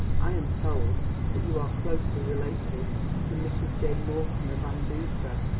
i am told that you are closely related to mrs. j. mortimer van duser.